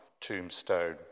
tombstone